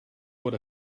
what